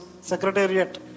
Secretariat